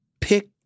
Pick